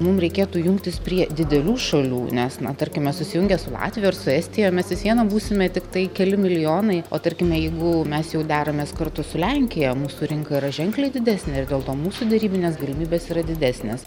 mum reikėtų jungtis prie didelių šalių nes na tarkime susijungę su latvija ar su estija mes vis viena būsime tiktai keli milijonai o tarkime jeigu mes jau deramės kartu su lenkija mūsų rinka yra ženkliai didesnė ir dėl to mūsų derybinės galimybės yra didesnės